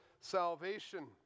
salvation